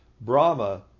Brahma